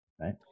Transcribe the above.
Right